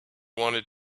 wanted